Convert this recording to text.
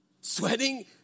sweating